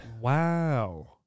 Wow